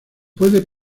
pueden